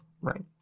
Right